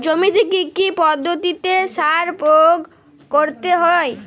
জমিতে কী কী পদ্ধতিতে সার প্রয়োগ করতে হয়?